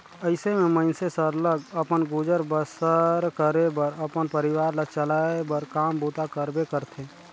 अइसे में मइनसे सरलग अपन गुजर बसर करे बर अपन परिवार ल चलाए बर काम बूता करबे करथे